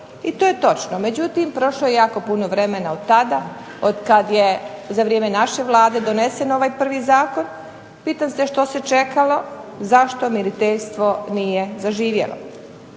i to je točno. Međutim, prošlo je jako puno vremena od tada od kad je za vrijeme naše Vlade donesen ovaj prvi zakon. Pitam se što se čekalo, zašto miriteljstvo nije zaživjelo?